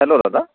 hello দাদা